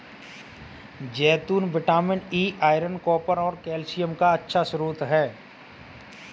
जैतून vitamin E, iron, copper और calcium का अच्छा स्रोत हैं